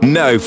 no